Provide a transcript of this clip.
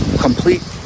complete